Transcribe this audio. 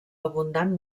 abundant